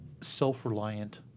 self-reliant